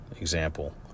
Example